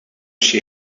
she